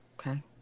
Okay